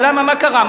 למה, מה קרה?